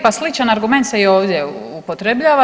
Pa sličan argument se i ovdje upotrebljava.